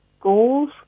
Goals